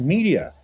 Media